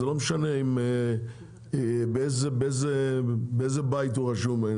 וזה לא משנה באיזה בית הוא רשום,